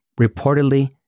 Reportedly